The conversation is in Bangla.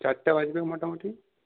চারটে বাজবে মোটামুটি